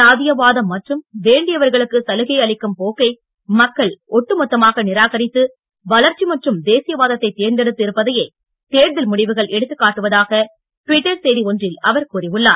சாதியவாதம் மற்றும் வேண்டியவர்களுக்கு சலுகை அளிக்கும் போக்கை மக்கள் ஒட்டுமொத்தமாக நிராகரித்து வளர்ச்சி மற்றும் தேசியவாதத்தை தேர்ந்தெடுத்து இருப்பதையே தேர்தல் முடிவுகள் எடுத்துக் காட்டுவதாக ட்விட்டர் செய்தி ஒன்றில் அவர் கூறியுள்ளார்